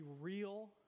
real